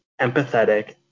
empathetic